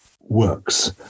works